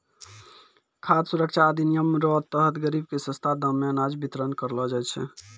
खाद सुरक्षा अधिनियम रो तहत गरीब के सस्ता दाम मे अनाज बितरण करलो जाय छै